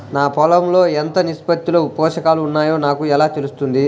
నా పొలం లో ఎంత నిష్పత్తిలో పోషకాలు వున్నాయో నాకు ఎలా తెలుస్తుంది?